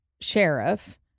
sheriff